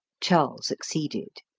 charles acceded.